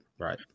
Right